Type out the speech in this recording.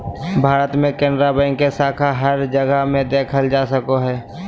भारत मे केनरा बैंक के शाखा हर जगह मे देखल जा सको हय